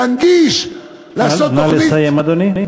להנגיש, לעשות תוכנית, נא לסיים, אדוני.